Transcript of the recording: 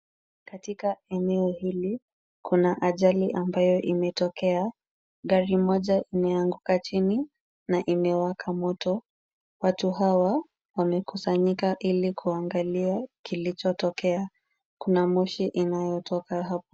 Katika eneo hili, kuna ajali ambayo imetokea. Gari moja imeanguka chini na imewaka moto. Watu hawa wamekusanyika ili kuangalia kilichotokea. Kuna moshi inayotoka hapo.